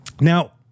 Now